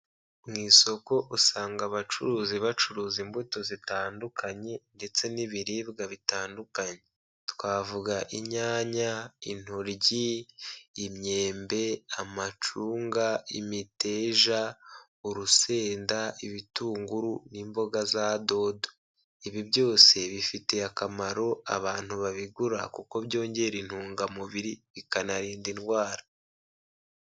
Mu isoko usanga abacuruzi bacuruza imbuto zitandukanye ndetse n'ibiribwa bitandukanye. Twavuga inyanya, intoryi, imyembe, amacunga, imiteja, urusenda, ibitunguru n'imboga za dodo. Ibi byose bifitiye akamaro abantu babigura kuko byongera intungamubiri bikanarinda indwara.